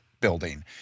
building